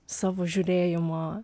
savo žiūrėjimo